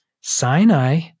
Sinai